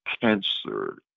cancer